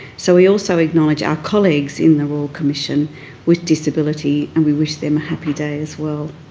so we also acknowledge our colleagues in the royal commission with disability and we wish them a happy day as well.